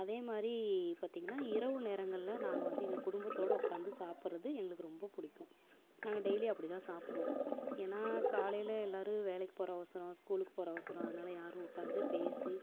அதேமாதிரி பார்த்திங்னா இரவு நேரங்களில் நாங்கள் வந்து எங்கள் குடும்பத்தோடு உட்காந்து சாப்பிட்றது எங்களுக்கு ரொம்ப பிடிக்கும் நாங்கள் டெய்லி அப்படிதான் சாப்பிடுவோம் ஏனால் காலையில் எல்லோரும் வேலைக்கு போகிற அவசரம் ஸ்கூலுக்கு போகிற அவசரம் அதனால் யாரும் உட்காந்து பேசி